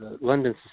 London